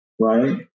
right